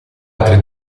altre